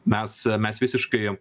mes mes visiškai